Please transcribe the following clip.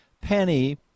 penny